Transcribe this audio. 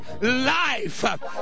life